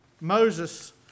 Moses